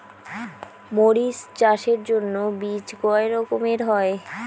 মরিচ চাষের জন্য বীজ কয় রকমের হয়?